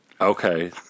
Okay